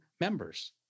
members